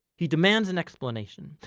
he demands an explanation.